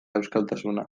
euskaltasuna